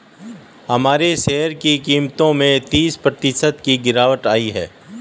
हमारे शेयर की कीमतों में तीस प्रतिशत की गिरावट आयी है